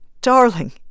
Darling